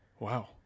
Wow